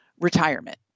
retirement